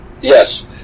Yes